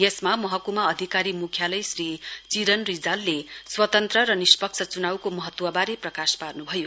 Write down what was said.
यसमा महकुमा अधिकारी मुख्यालय श्री चिरन रिजालले स्वतन्त्र र निष्पक्ष चुनाउको महत्ववारे प्रकाश पार्नुभयो